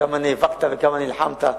וכמה נאבקת וכמה נלחמת.